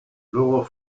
luego